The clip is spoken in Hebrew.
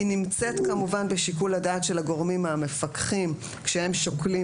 היא נמצאת כמובן בשיקול הדעת של הגורמים המפקחים כשהם שוקלים